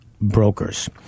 brokers